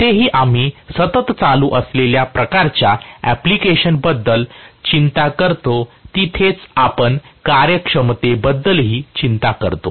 जिथेही आम्ही सतत चालू असलेल्या प्रकारच्या अँप्लिकेशन बद्दल चिंता करतो तिथेच आपण कार्यक्षमतेबद्दलही चिंता करतो